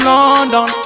London